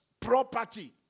property